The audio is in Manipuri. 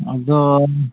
ꯑꯗꯣ